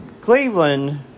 Cleveland